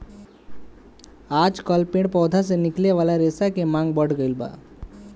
आजकल पेड़ पौधा से निकले वाला रेशा के मांग बढ़ गईल बा